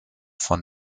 von